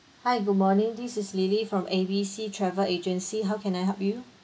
hi good morning this is lily from A B C travel agency how can I help you